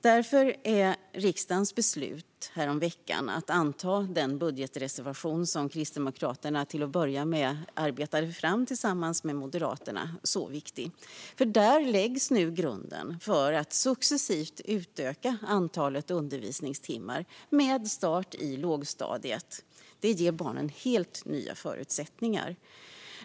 Därför är riksdagens beslut häromveckan att anta den budgetreservation som Kristdemokraterna till att börja med arbetade fram tillsammans med Moderaterna så viktigt. Genom den läggs nu grunden för att successivt utöka antalet undervisningstimmar med start i lågstadiet. Detta ger barnen helt nya förutsättningar.